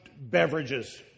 beverages